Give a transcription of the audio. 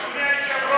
חברי הכנסת,